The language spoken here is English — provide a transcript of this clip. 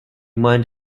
mind